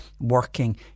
working